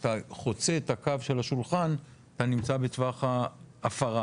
כשאתה חוצה את הקו של השולחן אתה נמצא בטווח ההפרה.